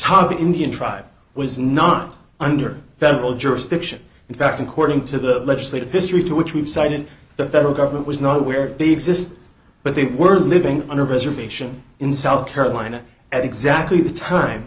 hobby indian tribe was not under federal jurisdiction in fact according to the legislative history to which we've cited the federal government was nowhere to be exist but they were living on a reservation in south carolina at exactly the time